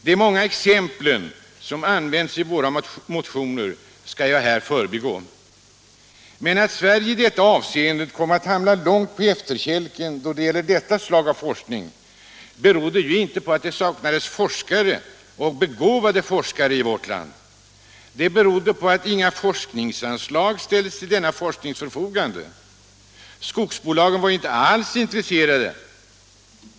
De många exempel som används i våra motioner skall jag här förbigå. Att Sverige kommit att hamna långt på efterkälken då det gäller detta slag av forskning berodde inte på att det saknades forskare, begåvade forskare i vårt land. Det berodde på att inga forskningsmedel ställdes till denna forsknings förfogande. Skogsbolagen var inte alls intresserade.